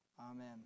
Amen